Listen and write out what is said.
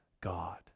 God